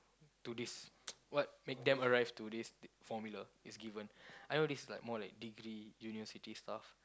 to this what make them arrive to this f~ formula it's given I know this is like more like degree university stuff